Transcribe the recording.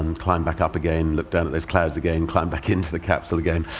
and climbed back up again, looked down at those clouds again, climbed back into the capsule again.